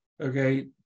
Okay